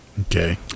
Okay